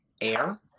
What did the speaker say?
air